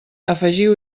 afegiu